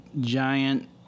giant